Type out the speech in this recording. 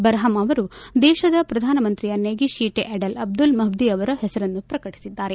Barham ಅವರು ದೇಶದ ಪ್ರಧಾನಮಂತ್ರಿಯನ್ನಾಗಿ ಶೀಟೆ ಅಡಲ್ ಅಬ್ದುಲ್ ಮಹ್ದಿ ಅವರ ಹೆಸರನ್ನು ಪ್ರಕಟಿಸಿದ್ದಾರೆ